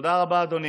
תודה רבה, אדוני.